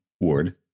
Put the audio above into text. Ward